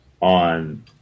on